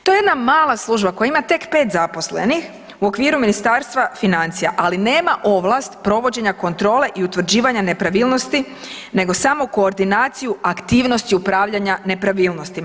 To je jedna mala služba koja ima tek 5 zaposlenih u okviru Ministarstva financija, ali nema ovlast provođenja kontrole i utvrđivanja nepravilnosti nego samo koordinaciju aktivnosti upravljanja nepravilnostima.